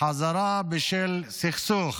חזרה בשל סכסוך